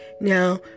Now